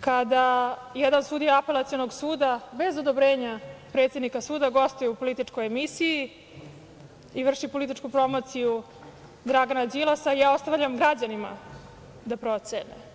kada jedan sudija Apelacionog suda bez odobrenja predsednika suda gostuje u političkoj emisiji i vrši političku promociju Dragana Đilasa, ja ostavljam građanima da procene.